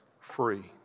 free